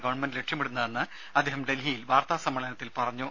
government ലക്ഷ്യമിടുന്നതെന്ന് അദ്ദേഹം ഡൽഹിയിൽ വാർത്താ സമ്മേളനത്തിൽ പറഞ്ഞു